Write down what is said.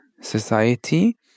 society